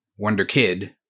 Wonderkid